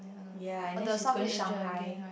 ya and then she's going Shanghai